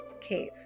cave